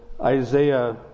Isaiah